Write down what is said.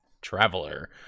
Traveler